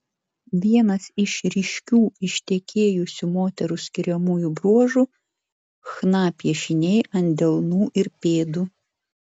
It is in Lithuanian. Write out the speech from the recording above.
vienas iš ryškių ištekėjusių moterų skiriamųjų bruožų chna piešiniai ant delnų ir pėdų